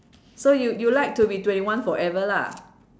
so you you like to be twenty one forever lah